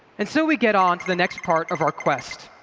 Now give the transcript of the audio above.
and so we get on to the next part of our quest.